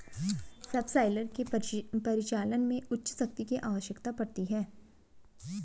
subsoiler के परिचालन में उच्च शक्ति की आवश्यकता पड़ती है